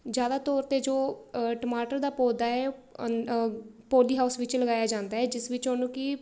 ਜ਼ਿਆਦਾ ਤੌਰ 'ਤੇ ਜੋ ਟਮਾਟਰ ਦਾ ਪੌਦਾ ਹੈ ਉਹ ਪੋਲੀ ਹਾਊਸ ਵਿੱਚ ਲਗਾਇਆ ਜਾਂਦਾ ਹੈ ਜਿਸ ਵਿੱਚ ਉਹਨੂੰ ਕਿ